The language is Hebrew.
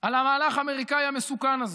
על המהלך האמריקאי המסוכן הזה.